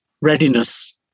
readiness